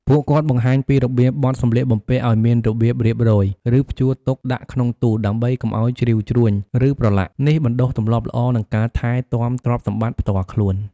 ពួកគាត់បង្ហាញពីរបៀបបត់សម្លៀកបំពាក់ឲ្យមានរបៀបរៀបរយ ឬព្យួរទុកដាក់ក្នុងទូ ដើម្បីកុំឲ្យជ្រីវជ្រួញ ឬប្រឡាក់។ នេះបណ្ដុះទម្លាប់ល្អ និងការថែទាំទ្រព្យសម្បត្តិផ្ទាល់ខ្លួន។